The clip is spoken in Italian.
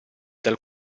dal